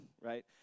right